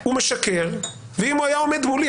שהוא משקר ואם הוא היה עומד מולי,